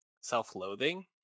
self-loathing